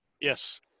yes